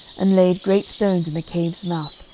and laid great stones in the cave's mouth,